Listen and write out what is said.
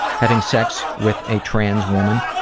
having sex with a transwoman.